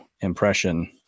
impression